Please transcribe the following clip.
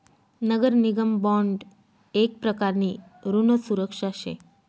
नगर निगम बॉन्ड येक प्रकारनी ऋण सुरक्षा शे